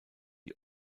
die